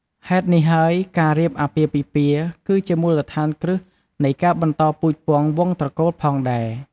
ហេតុនេះហើយ ការរៀបអាពាហ៍ពិពាហ៍គឺជាមូលដ្ឋានគ្រឹះនៃការបន្តពូជពង្សវង្សត្រកូលផងដែរ។